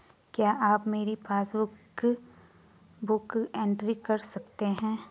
क्या आप मेरी पासबुक बुक एंट्री कर सकते हैं?